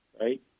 Right